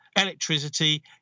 electricity